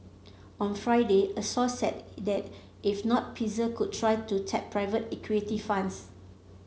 on Friday a source said that if not Pfizer could try to tap private equity funds